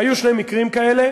היו שני מקרים כאלה,